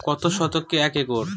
কত শতকে এক একর?